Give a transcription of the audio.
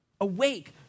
Awake